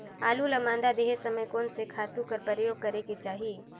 आलू ल मादा देहे समय म कोन से खातु कर प्रयोग करेके चाही?